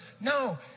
No